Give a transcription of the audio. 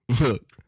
Look